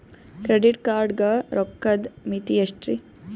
Credit card ಗ ರೋಕ್ಕದ್ ಮಿತಿ ಎಷ್ಟ್ರಿ?